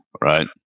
Right